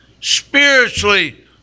spiritually